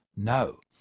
no,